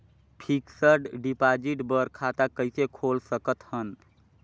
Fixed deposit बर खाता कइसे खोल सकत हन?